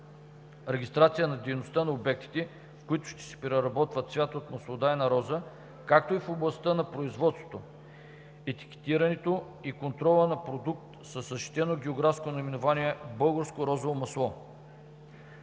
регистрация на дейността на обектите, в които ще се преработва цвят от маслодайна роза, както и в областта на производството, етикетирането и контрола на продукт със защитено географско наименование „Българско розово масло“.